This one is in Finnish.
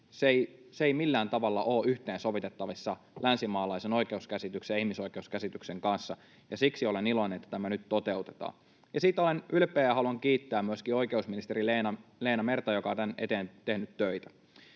eivät millään tavalla ole yhteensovitettavissa länsimaalaisen oikeuskäsityksen ja ihmisoikeuskäsityksen kanssa. Siksi olen iloinen, että tämä nyt toteutetaan. Ja olen siitä ylpeä ja haluan kiittää myöskin oikeusministeri Leena Merta, joka on tämän eteen tehnyt töitä.